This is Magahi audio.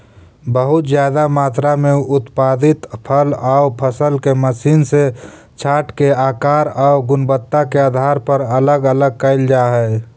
बहुत ज्यादा मात्रा में उत्पादित फल आउ फसल के मशीन से छाँटके आकार आउ गुणवत्ता के आधार पर अलग अलग कैल जा हई